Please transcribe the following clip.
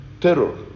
terror